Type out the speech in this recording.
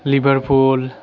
liverpool